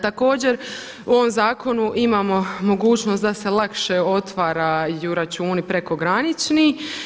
Također u ovom zakonu imamo mogućnost da se lakše otvaraju računi prekogranični.